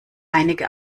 einige